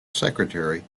secretary